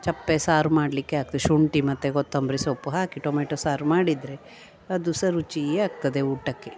ಸಪ್ಪೆ ಸಾರು ಮಾಡಲಿಕ್ಕೆ ಆಗ್ತದೆ ಶುಂಠಿ ಮತ್ತು ಕೊತ್ತಂಬರಿ ಸೊಪ್ಪು ಹಾಕಿ ಟೊಮೊಟೊ ಸಾರು ಮಾಡಿದರೆ ಅದು ಸಹ ರುಚಿ ಆಗ್ತದೆ ಊಟಕ್ಕೆ